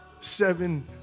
seven